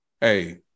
Hey